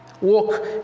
Walk